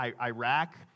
Iraq